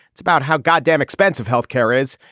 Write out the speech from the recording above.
it's about how god damn expensive health care is,